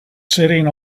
sitting